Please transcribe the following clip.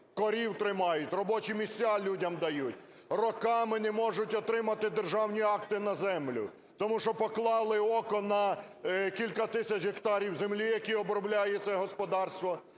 корів тримають, робочі місця людям дають – роками не можуть отримати державні акти на землю! Тому що поклали око на кілька тисяч гектарів землі, які обробляє це господарство.